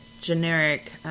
generic